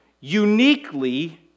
uniquely